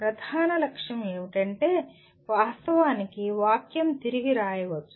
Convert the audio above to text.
ప్రధాన లక్ష్యం ఏమిటంటే వాస్తవానికి వాక్యం తిరగి రాయవచ్చు